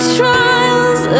trials